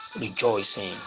rejoicing